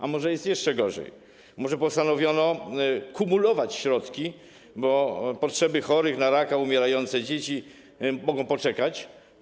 A może jest jeszcze gorzej, może postanowiono kumulować środki, bo potrzeby chorych na raka, umierające dzieci mogą poczekać?